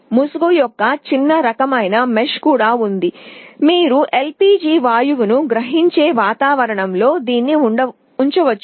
ముసుగు యొక్క చిన్న మెష్ రకమైనది కూడా ఉంది మీరు వాయువును గ్రహించే వాతావరణంలో దీన్ని ఉంచవచ్చు